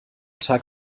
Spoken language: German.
tag